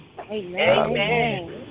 Amen